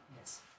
Yes